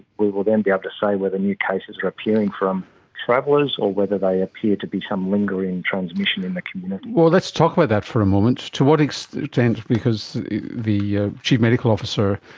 we will then be able to say whether new cases are appearing from travellers or whether they appear to be some lingering transmission in the community. well, let's talk about that for a moment. to what extent, because the ah chief medical officer,